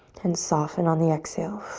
and soften on the exhale.